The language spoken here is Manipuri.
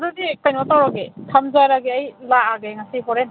ꯑꯗꯨꯗꯤ ꯀꯩꯅꯣ ꯇꯧꯔꯒꯦ ꯊꯝꯖꯔꯒꯦ ꯑꯩ ꯂꯥꯛꯑꯒꯦ ꯉꯁꯤ ꯍꯣꯔꯦꯟ